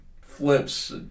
flips